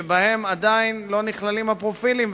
שבהם עדיין לא נכללים הפרופילים,